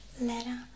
letter